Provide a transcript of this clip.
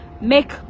make